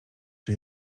czy